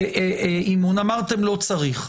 אמרתם שלא צריך.